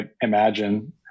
imagine